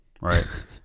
right